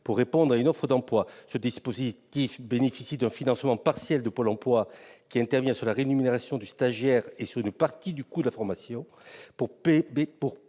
pour répondre à une offre d'emploi. Ce dispositif bénéficie d'un financement partiel de Pôle emploi qui intervient sur la rémunération du stagiaire et sur une partie du coût de la formation.